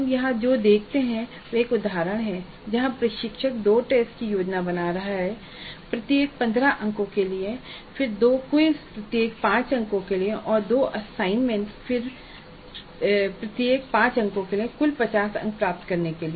हम यहां जो देखते हैं वह एक उदाहरण है जहां प्रशिक्षक 2 टेस्ट की योजना बना रहा है प्रत्येक 15 अंकों के लिए फिर 2 क्विज़ प्रत्येक 5 अंकों के लिए और 2 असाइनमेंट फिर से प्रत्येक 5 अंकों के लिए कुल 50 अंक प्राप्त करने हैं